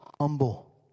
humble